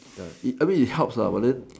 ya it I mean it helps lah but then